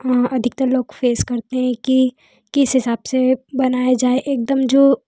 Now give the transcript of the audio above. आँ अधिकतर लोग फ़ेस करते हैं कि किस हिसाब से बनाया जाए एकदम जो